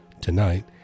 Tonight